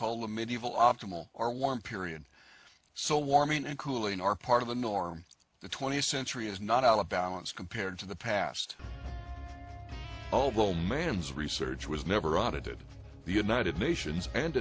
the medieval optimal or warm period so warming and cooling are part of the norm the twentieth century is not all a balance compared to the past although man's research was never out of did the united nations and